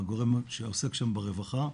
הגורם שעוסק שם ברווחה.